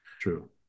True